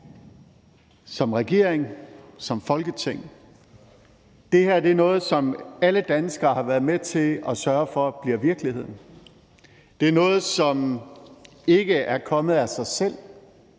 som regering, som Folketing. Det her er noget, som alle danskere har været med til at sørge for bliver virkeligheden. Det er noget, som ikke er kommet af sig selv,